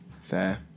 Fair